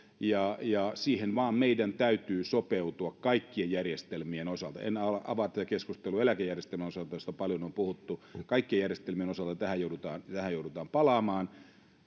ja ja siihen meidän täytyy vain sopeutua kaikkien järjestelmien osalta en avaa tätä keskustelua eläkejärjestelmän osalta josta paljon on puhuttu kaikkien järjestelmien osalta tähän joudutaan palaamaan